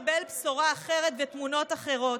הם קיוו לקבל בשורה אחרת ותמונות אחרות.